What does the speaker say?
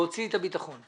להוציא את הביטחון.